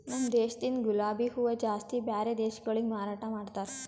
ನಮ ದೇಶದಿಂದ್ ಗುಲಾಬಿ ಹೂವ ಜಾಸ್ತಿ ಬ್ಯಾರೆ ದೇಶಗೊಳಿಗೆ ಮಾರಾಟ ಮಾಡ್ತಾರ್